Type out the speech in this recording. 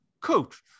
coach